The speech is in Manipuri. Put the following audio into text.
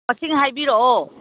ꯃꯁꯤꯡ ꯍꯥꯏꯕꯤꯔꯛꯑꯣ